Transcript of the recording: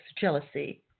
jealousy